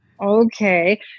okay